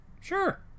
Sure